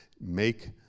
make